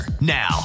Now